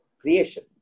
creation